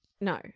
No